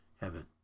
heaven